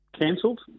cancelled